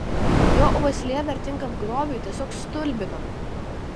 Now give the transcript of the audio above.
jo uoslė vertingam grobiui tiesiog stulbinama